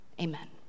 Amen